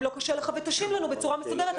אם לא קשה לך ותשיב לנו בצורה מסודרת.